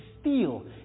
steal